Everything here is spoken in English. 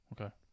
Okay